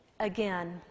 Again